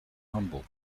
humble